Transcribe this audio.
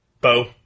Bo